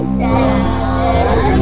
seven